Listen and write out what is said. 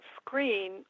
screen